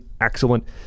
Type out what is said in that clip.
excellent